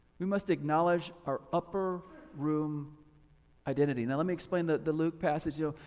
we must acknowledge our upper room identity. now let me explain that the luke passage you